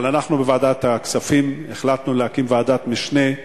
אבל אנחנו בוועדת הכספים החלטנו להקים ועדת משנה,